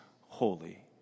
holy